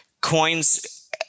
coins